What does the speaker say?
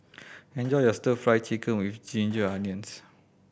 enjoy your Stir Fry Chicken with ginger onions